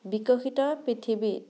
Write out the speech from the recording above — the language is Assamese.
বিকশিত পৃথিৱীৰ